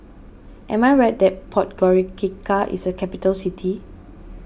am I right that Podgorica is a capital city